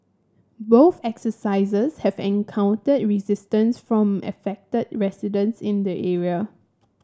both exercises have encountered resistance from affected residents in the area